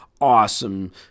awesome